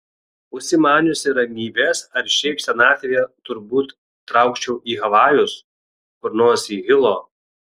užsimaniusi ramybės ar šiaip senatvėje turbūt traukčiau į havajus kur nors į hilo